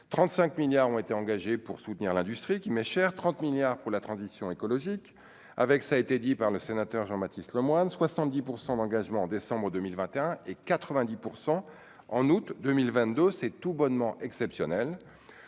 35 milliards ont été engagés pour soutenir l'industrie qui m'cher 30 milliards pour la transition écologique avec ça a été dit par le sénateur Jean-Baptiste Lemoyne 70 % d'engagement en décembre 2021 et 90 % en août 2022, c'est tout bonnement exceptionnelle,